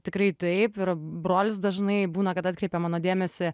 tikrai taip ir brolis dažnai būna kad atkreipia mano dėmesį